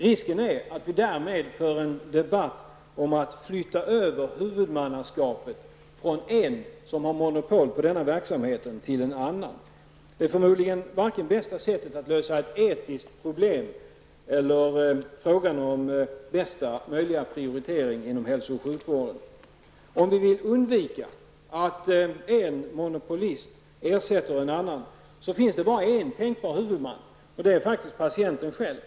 Risken är att vi därmed för en debatt om att flytta över huvudmannaskapet från en som har monopol på denna verksamhet till en annan. Det är förmodligen varken det bästa sättet att lösa ett etiskt problem eller att göra bästa möjliga prioritering inom hälso och sjukvården. Om vi vill undvika att en monopolist ersätter en annan finns det bara en tänkbar huvudman, och det är faktiskt patienten själv.